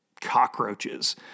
cockroaches